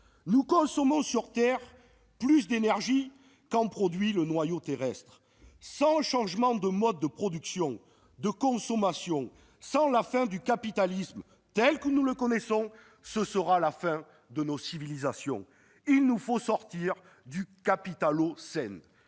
nous consommons sur terre plus d'énergie qu'en produit le noyau terrestre. Sans changement de mode de production, de consommation, sans la fin du capitalisme tel que nous le connaissons, ce sera la fin de nos civilisations. Il nous faut sortir du " capitalocène